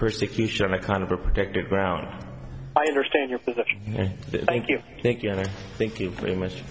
persecution a kind of a protective ground i understand your position thank you thank you and i thank you very much